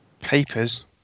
papers